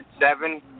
seven